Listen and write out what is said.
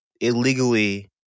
illegally